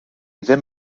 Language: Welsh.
ddim